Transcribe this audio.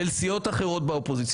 של סיעות אחרות באופוזיציה,